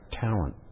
talent